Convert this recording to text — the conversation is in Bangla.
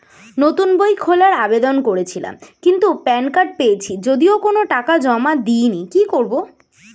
নতুন বই খোলার আবেদন করেছিলাম কিন্তু প্যান কার্ড পেয়েছি যদিও কোনো টাকা জমা দিইনি কি করব?